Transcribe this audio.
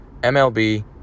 MLB